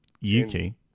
Yuki